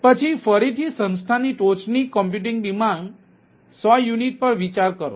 પછી ફરીથી સંસ્થાની ટોચની કમ્પ્યુટિંગ ડિમાન્ડ 100 યુનિટો પર વિચાર કરો